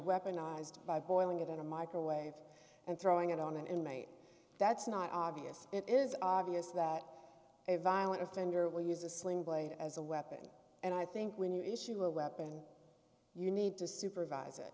weaponized by boiling it in a microwave and throwing it on an inmate that's not obvious it is obvious that a violent offender will use a sling blade as a weapon and i think when you issue a weapon you need to supervise it